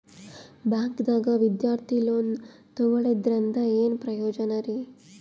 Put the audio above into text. ಬ್ಯಾಂಕ್ದಾಗ ವಿದ್ಯಾರ್ಥಿ ಲೋನ್ ತೊಗೊಳದ್ರಿಂದ ಏನ್ ಪ್ರಯೋಜನ ರಿ?